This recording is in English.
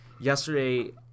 Yesterday